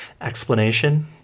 Explanation